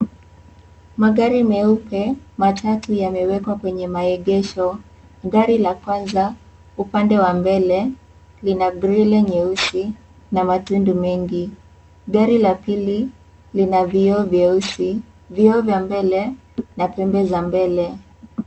Magari meupe matatu yamewekwa kwenye maegesho. Gari la kwanza upande wa mbele lina grill nyeusi na matundu mengi, gari la pili lina vioo vyeusi, vioo vya mbele na pembe za mbele.